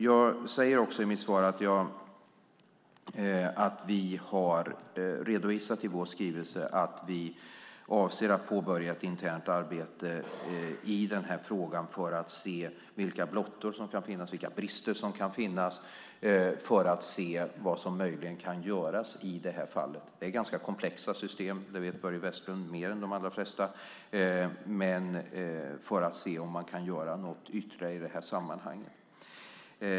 Jag säger också i mitt svar att vi i vår skrivelse har redovisat att vi avser att påbörja ett internt arbete i den här frågan för att se vilka blottor och brister som kan finnas och se vad som möjligen kan göras. Det är ganska komplexa system. Det vet Börje Vestlund mer än de allra flesta. Vi ska se om vi kan göra något ytterligare i det här sammanhanget.